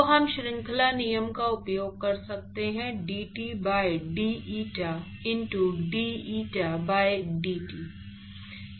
तो हम श्रृंखला नियम का उपयोग कर सकते हैं dT by d eta into d eta by dt